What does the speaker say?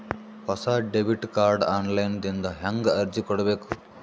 ಹೊಸ debit card online ದಿಂದ ಹೇಂಗ ಅರ್ಜಿ ಕೊಡಬೇಕು?